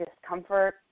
discomfort